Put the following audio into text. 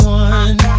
one